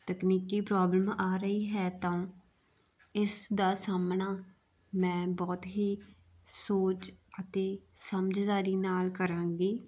ਤਕਨੀਕੀ ਪ੍ਰੋਬਲਮ ਆ ਰਹੀ ਹੈ ਤਾਂ ਇਸ ਦਾ ਸਾਹਮਣਾ ਮੈਂ ਬਹੁਤ ਹੀ ਸੋਚ ਅਤੇ ਸਮਝਦਾਰੀ ਨਾਲ ਕਰਾਂਗੀ